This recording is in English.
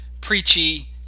preachy